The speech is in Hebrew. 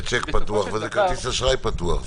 זה צ'ק פתוח וזה כרטיס אשראי פתוח.